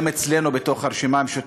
גם אצלנו בתוך הרשימה המשותפת,